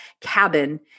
cabin